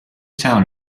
town